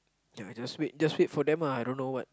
ya just wait just wait for them ah I don't know what